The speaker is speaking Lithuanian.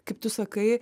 kaip tu sakai